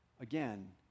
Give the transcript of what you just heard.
Again